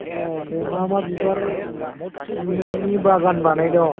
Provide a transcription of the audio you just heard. अह दे मा मा बिबार नोंनि बागान बानाय दं